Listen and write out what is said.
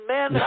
Men